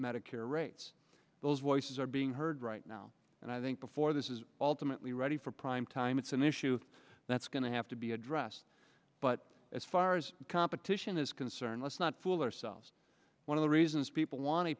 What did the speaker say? medicare rates those voices are being heard right now and i think before this is ultimately we're ready for primetime it's an issue that's going to have to be addressed but as far as competition is concerned let's not fool ourselves one of the reasons people want